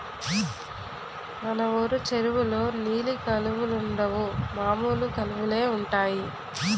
మన వూరు చెరువులో నీలి కలువలుండవు మామూలు కలువలే ఉంటాయి